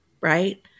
right